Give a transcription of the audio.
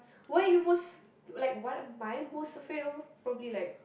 what are you most like what am I most afraid of probably like